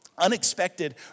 unexpected